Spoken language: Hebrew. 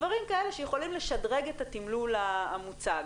דברים כאלה שיכולים לשדרג את התמלול המוצג.